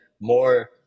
more